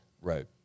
Right